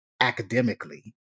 academically